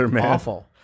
awful